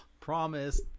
promise